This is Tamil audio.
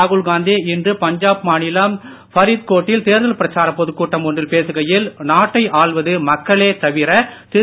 ராகுல்காந்தி இன்று பஞ்சாப் மாநிலம் ஃபரித்கோட்டில் தேர்தல் பிரச்சாரம் பொதுக்கூட்டம் ஒன்றில் பேசுகையில் நாட்டை ஆள்வது மக்களே தவிர திரு